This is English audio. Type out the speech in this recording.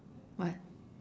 what